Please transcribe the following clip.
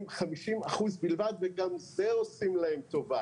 50 אחוזים בלבד וגם בזה עושים להם טובה.